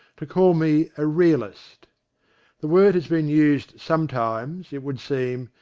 to call me a realist' the word has been used sometimes, it would seem,